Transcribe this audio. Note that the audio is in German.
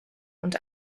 und